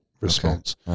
response